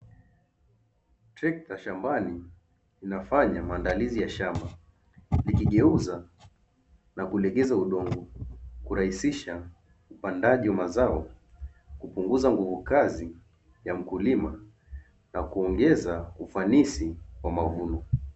Trekta shambani linafanya maandalizi ya shamba, likigeuza na kulegeza udongo kurahisisha upandaji wa mazao, kupunguza nguvu kazi ya mkulima na kuongeza ufanisi wa mavuno.